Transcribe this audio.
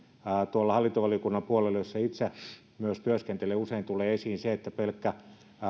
tuolla hallintovaliokunnan puolella jossa itse myös työskentelen usein tulee esiin se että pelkkä